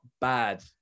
bad